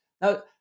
Now